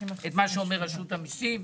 את מה שאומר רשות המיסים,